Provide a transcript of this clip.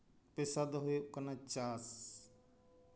ᱯᱮᱥᱟ ᱫᱚ ᱦᱩᱭᱩᱜ ᱠᱟᱱᱟ ᱪᱟᱥ